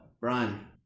Brian